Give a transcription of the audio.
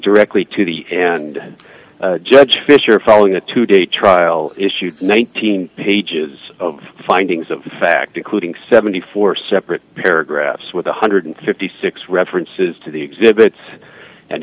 directly to the and judge fisher following a two day trial issued nineteen pages of findings of fact including seventy four separate paragraphs with one hundred and fifty six references to the exhibits and